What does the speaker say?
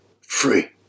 free